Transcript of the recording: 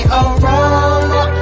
aroma